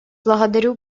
благодарю